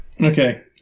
Okay